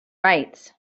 rights